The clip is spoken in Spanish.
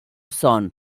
son